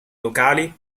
locali